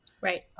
right